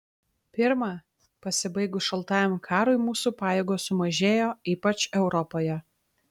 pirma pasibaigus šaltajam karui mūsų pajėgos sumažėjo ypač europoje